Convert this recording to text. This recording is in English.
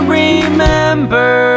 remember